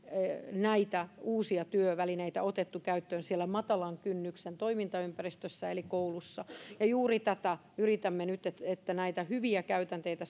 näitä uusia työvälineitä otettu käyttöön siellä matalan kynnyksen toimintaympäristössä eli koulussa ja juuri tätä yritämme nyt että että näitä hyviä käytänteitä